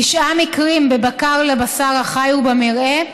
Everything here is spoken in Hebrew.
תשעה מקרים בבקר לבשר החי ובמרעה,